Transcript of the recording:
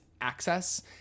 access